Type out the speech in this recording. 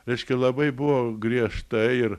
reiškia labai buvo griežta ir